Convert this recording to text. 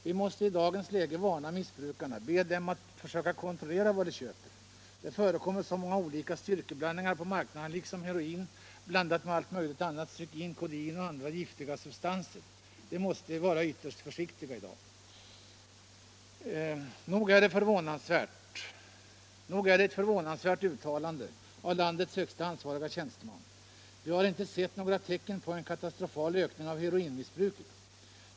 — Vi måste i dagens läge varna missbrukarna, be dem att försöka kon = Nr 31 trollera vad de köper, säger Bror Rexed. Det förekommer så många olika Tisdagen den styrkeblandningar på marknaden, liksom heroin blandat med allt möjligt 23 november 1976 annat, stryknin, kodein och andra giftiga substanser. De måste vara ytterst. försiktiga i dag.” Om åtgärder mot Nog är det ett förvånansvärt uttalande av landets högste ansvarige narkotikamissbrutjänsteman. Vi har ”inte sett några tecken på en katastrofal ökning av = ket heroinmissbruket”!